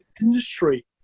industry